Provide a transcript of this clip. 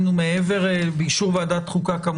באישור ועדת חוקה.